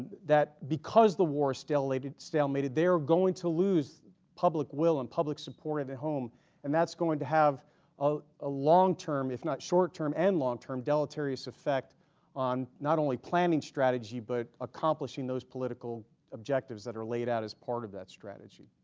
that because the war stalemated stalemated they are going to lose public will and public supported at home and that's going to have a ah long term if not short term and long term deleterious effect on not only planning strategy but accomplishing those political objectives that are laid out as part of that strategy.